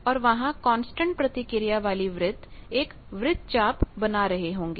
और वहां कांस्टेंट प्रतिक्रिया वाली वृत्त वृत्तचाप बना रहे होंगे